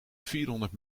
vierhonderd